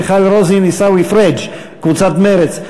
מיכל רוזין ועיסאווי פריג' קבוצת סיעת מרצ.